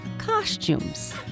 costumes